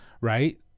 right